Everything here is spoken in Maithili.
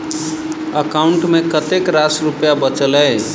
एकाउंट मे कतेक रास रुपया बचल एई